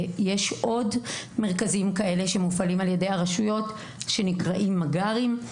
ויש עוד מרכזים כאלה שמופעלים על ידי הרשויות שנקראים "מג"רים".